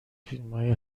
فیلمهای